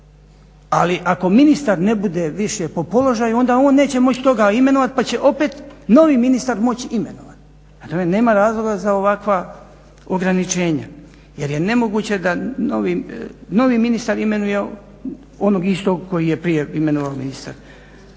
Ali ako ministar ne bude više po položaju, onda on neće moći toga imenovati pa će opet novi ministar moći imenovati. Prema tome, nema razloga za ovakva ograničenja, jer je nemoguće da novi ministar imenuje onog istog koji je prije imenovao ministar